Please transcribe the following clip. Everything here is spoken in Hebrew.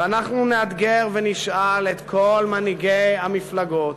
ואנחנו נאתגר ונשאל את כל מנהיגי המפלגות,